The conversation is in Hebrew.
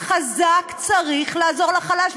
החזק צריך לעזור לחלש.